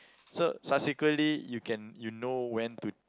so subsequently you can you know when to